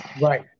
Right